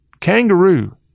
kangaroo